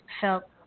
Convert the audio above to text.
felt